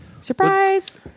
Surprise